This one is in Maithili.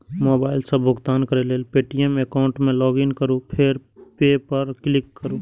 मोबाइल सं भुगतान करै लेल पे.टी.एम एकाउंट मे लॉगइन करू फेर पे पर क्लिक करू